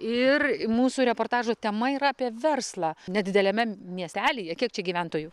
ir mūsų reportažo tema yra apie verslą nedideliame miestelyje kiek čia gyventojų